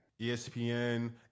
ESPN